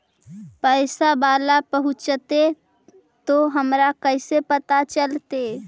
पैसा बाला पहूंचतै तौ हमरा कैसे पता चलतै?